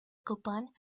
copán